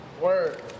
Word